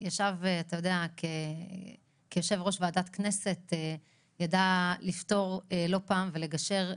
כמי שהיה יושב-ראש ועדת הכנסת וידע לפתור מחלוקות ולגשר,